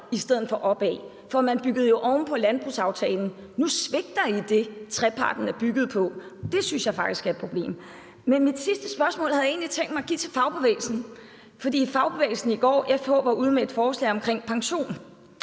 i stedet for opad, for man byggede jo oven på landbrugsaftalen. Nu svigter i det, treparten er bygget på, og det synes jeg faktisk er et problem. Men mit sidste spørgsmål havde jeg egentlig tænkt mig at give til fagbevægelsen, fordi fagbevægelsen, FH, i går var ude med et forslag om pension